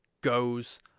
goes